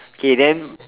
okay then